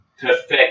perfect